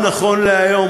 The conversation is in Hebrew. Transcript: נכון להיום,